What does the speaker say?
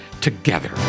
together